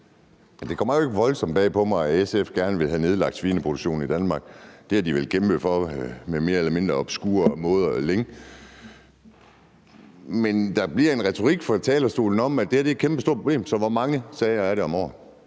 Det kommer ikke voldsomt bag på mig, at SF gerne vil have nedlagt svineproduktionen i Danmark. Det har de vel kæmpet for længe på mere eller mindre obskure måder. Men der bliver en retorik fra talerstolen om, at det her er et kæmpestort problem, så hvor mange sager er det om året?